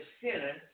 sinners